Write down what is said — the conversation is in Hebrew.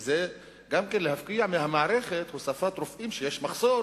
וזה גם להפקיע מהמערכת הוספת רופאים כשיש מחסור